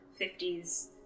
50s